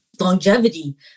Longevity